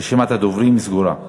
רשימת הדוברים סגורה.